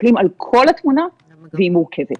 מסתכלים על כל התמונה והיא מורכבת.